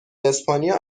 اسپانیا